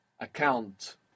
account